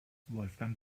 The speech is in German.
wolfgang